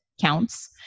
counts